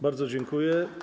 Bardzo dziękuję.